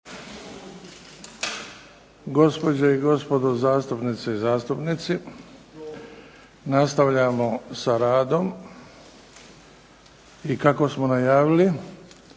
gospođe i gospodo zastupnice i zastupnici. Nastavljamo sa radom. I kako smo najavili,